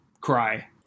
cry